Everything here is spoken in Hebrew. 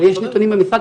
אבל יש נתונים במשרד?